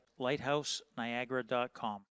lighthouseniagara.com